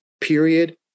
period